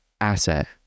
asset